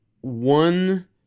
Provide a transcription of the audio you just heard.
one